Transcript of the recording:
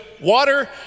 water